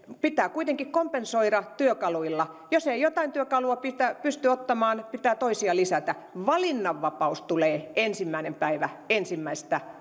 pitää kuitenkin kompensoida työkaluilla jos ei jotain työkalua pysty ottamaan pitää toisia lisätä valinnanvapaus tulee ensimmäinen ensimmäistä